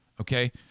okay